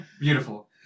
Beautiful